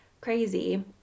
crazy